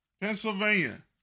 Pennsylvania